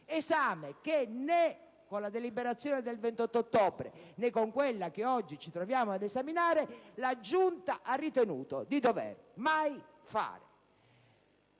Esame che, né con la deliberazione del 28 ottobre, né con quella che oggi ci troviamo ad esaminare, la Giunta ha ritenuto di dover mai fare.